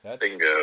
Bingo